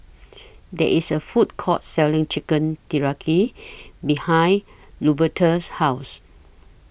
There IS A Food Court Selling Chicken behind Luberta's House